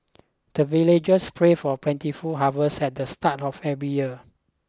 the villagers pray for plentiful harvest at the start of every year